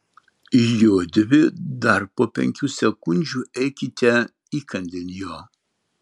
judvi dar po penkių sekundžių eikite įkandin jo